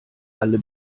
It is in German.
alle